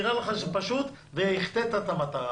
נראה לך שזה פשוט ואתה מחטיא את המטרה,